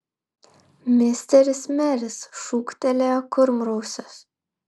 misteris meris šūktelėjo kurmrausis